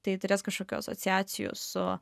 tai turės kažkokių asociacijų su